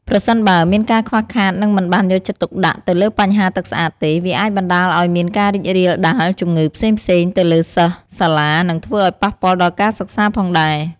ប្រសិនបើ មានការខ្វះខាតនិងមិនបានយកចិត្តទុកដាក់ទៅលើបញ្ហាទឹកស្អាតទេ វាអាចបណ្តាលឲ្យមានការរីករាលដាលជម្ងឺផ្សេងៗទៅលើសិស្សសាលានិងធ្វើឲ្យប៉ះពាល់ដល់ការសិក្សាផងដែរ។